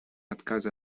отказа